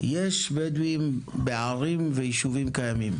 יש בדואים בערים ויישובים קיימים.